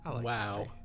wow